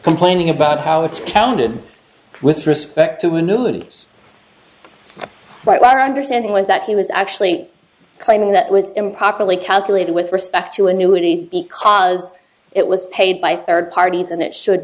complaining about how it's counted with respect to annuities but our understanding was that he was actually claiming that was improperly calculated with respect to annuities because it was paid by third parties and it should